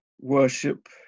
worship